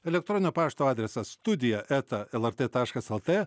elektroninio pašto adresas studija eta lrt taškas lt